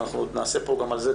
ואנחנו עוד נעשה פה גם על זה,